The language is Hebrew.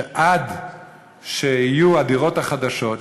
שעד שיהיו הדירות החדשות,